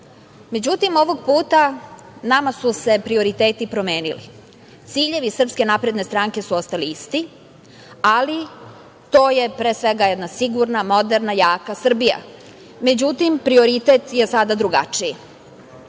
međutim ovog puta nama su se prioriteti promenili. Ciljevi SNS su ostali isti, ali to je, pre svega, jedan sigurna, moderna, jaka Srbija. Međutim, prioritet je sada drugačiji. Sada